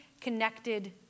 connected